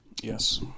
Yes